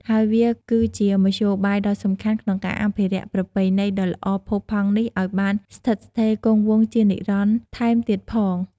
ហើយវាគឺជាមធ្យោបាយដ៏សំខាន់ក្នុងការអភិរក្សប្រពៃណីដ៏ល្អផូរផង់នេះឱ្យបានស្ថិតស្ថេរគង់វង្សជានិរន្តរ៍ថែមទៀតផង។